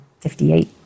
58